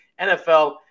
NFL